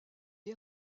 est